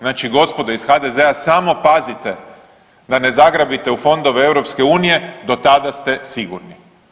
Znači gospodo iz HDZ-a samo pazite da ne zagrabite u fondove EU do tada ste sigurni.